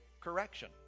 correction